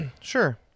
sure